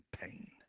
pain